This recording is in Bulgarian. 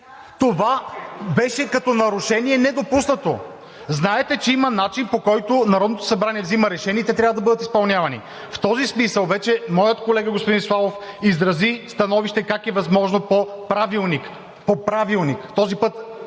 Това беше, като нарушение, недопуснато! Знаете, че има начин, по който Народното събрание взема решения и те трябва да бъдат изпълнявани. В този смисъл моят колега господин Славов вече изрази становище как е възможно по Правилник – този път